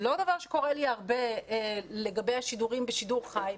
לא דבר שקורה לי הרבה לגבי השידורים בשידור חי,